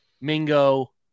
mingo